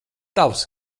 tavs